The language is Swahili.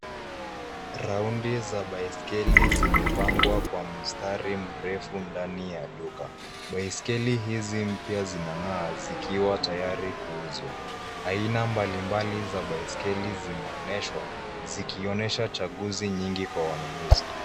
Raundi za baiskeli zimepangwa kwa mstari mrefu ndani ya duka. Baiskeli hizi mpya zinang'aa zikiwa tayari kuuzwa. Aina mbalimbali za baiskeli zimeoneshwa zikionesha chaguzi nyingi kwa wanunuzi.